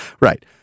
Right